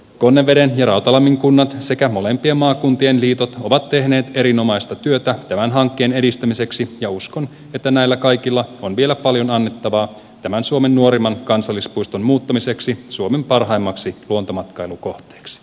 konneveden ja rautalammin kunnat sekä molempien maakuntien liitot ovat tehneet erinomaista työtä tämän hankkeen edistämiseksi ja uskon että näillä kaikilla on vielä paljon annettavaa tämän suomen nuorimman kansallispuiston muuttamiseksi suomen parhaimmaksi luontomatkailukohteeksi